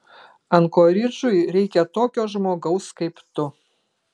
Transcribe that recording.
ankoridžui reikia tokio žmogaus kaip tu